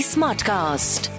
Smartcast